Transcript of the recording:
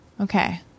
Okay